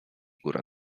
góra